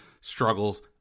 struggles